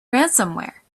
ransomware